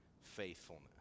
faithfulness